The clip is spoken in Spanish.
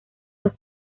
los